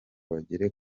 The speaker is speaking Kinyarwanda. bagere